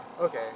Okay